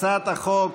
הצעת החוק